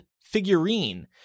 figurine